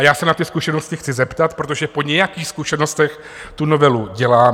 Já se na ty zkušenosti chci zeptat, protože po nějakých zkušenostech tu novelu děláme.